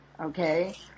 okay